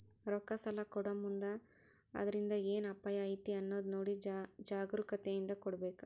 ರೊಕ್ಕಾ ಸಲಾ ಕೊಡೊಮುಂದ್ ಅದ್ರಿಂದ್ ಏನ್ ಅಪಾಯಾ ಐತಿ ಅನ್ನೊದ್ ನೊಡಿ ಜಾಗ್ರೂಕತೇಂದಾ ಕೊಡ್ಬೇಕ್